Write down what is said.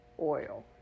oil